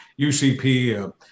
UCP